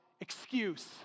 excuse